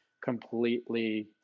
completely